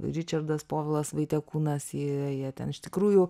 ričardas povilas vaitekūnas jie jie ten iš tikrųjų